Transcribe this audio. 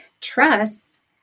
trust